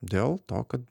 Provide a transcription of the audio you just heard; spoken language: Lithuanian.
dėl to kad